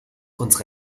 unsere